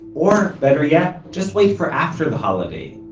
or better yet just wait for after the holiday,